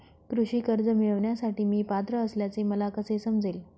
कृषी कर्ज मिळविण्यासाठी मी पात्र असल्याचे मला कसे समजेल?